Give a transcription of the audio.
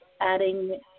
adding